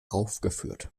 aufgeführt